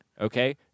Okay